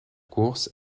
course